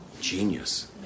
genius